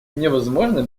невозможно